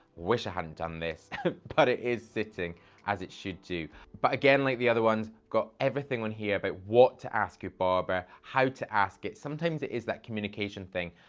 wish i hadn't done this. but it is sitting as it should do. but again, like the other ones, got everything on here about but what to ask your barber, how to ask it. sometimes it is that communication thing,